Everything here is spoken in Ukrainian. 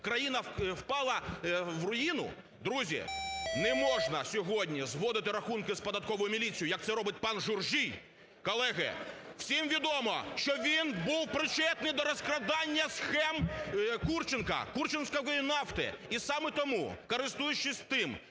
країна впала в руїну? Друзі! Не можна сьогодні зводити рахунки з Податковою міліцією, як це робить пан Журжій. (Шум у залі) Колеги, всім відомо, що він був причетний до розкрадання схем Курченка – курченської нафти. І саме тому, користуючись тим,